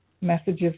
Messages